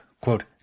quote